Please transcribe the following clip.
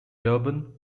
durban